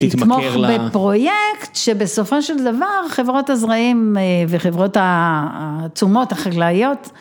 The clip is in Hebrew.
תתמוך בפרויקט שבסופו של דבר חברות הזרעים וחברות התשומות החקלאיות.